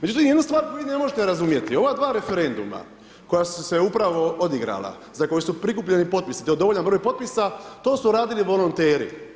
Međutim, jednu stvar vi ne možete razumjeti ova dva referenduma koja su se upravo odigrala za koji su prikupljeni potpisi i to dovoljan broj potpisa to su radili volonteri.